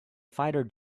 fighter